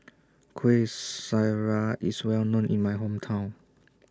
Kueh Syara IS Well known in My Hometown